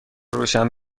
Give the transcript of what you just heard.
روشن